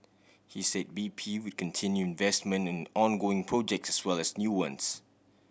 he said B P would continue investment in ongoing projects as well as new ones